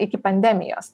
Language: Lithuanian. iki pandemijos